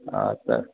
हा त